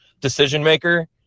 decision-maker –